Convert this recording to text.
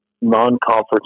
non-conference